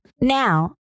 now